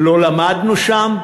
לא למדנו שם?